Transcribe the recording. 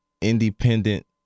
independent